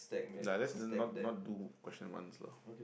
no let's not not do question ones lah